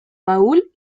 paul